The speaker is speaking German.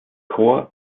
chor